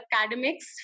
academics